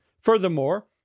Furthermore